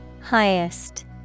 Highest